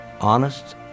honest